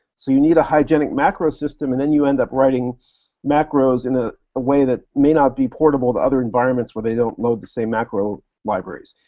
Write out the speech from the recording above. so you need a hygienic macro system and then you end up writing macros in ah a way that may not be portable to other environments where they don't load the same macro libraries.